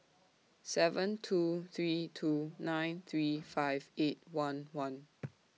seven two three two nine three five eight one one